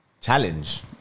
Challenge